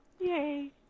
Yay